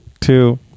two